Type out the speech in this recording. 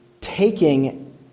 taking